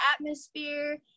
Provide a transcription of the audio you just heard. atmosphere